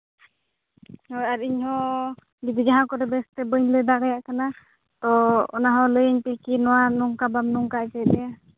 ᱦᱳᱭ ᱟᱨ ᱤᱧᱦᱚᱸ ᱡᱩᱫᱤ ᱡᱟᱦᱟᱸ ᱠᱚᱨᱮ ᱵᱮᱥ ᱛᱮ ᱵᱟᱹᱧ ᱞᱟᱹᱭ ᱫᱟᱲᱮᱭᱟᱜ ᱠᱟᱱᱟ ᱛᱚ ᱚᱱᱟ ᱦᱚᱸ ᱞᱟᱹᱭᱟᱹᱧ ᱯᱮ ᱠᱤ ᱱᱚᱣᱟ ᱱᱚᱝᱠᱟ ᱵᱟᱢ ᱱᱚᱝᱠᱟ ᱦᱚᱪᱚᱭᱮᱜ ᱞᱮᱭᱟ